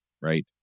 right